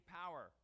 power